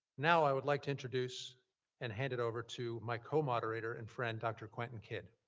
now i would like to introduce and hand it over to my co-moderator and friend, dr. quentin kidd.